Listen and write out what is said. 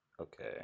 Okay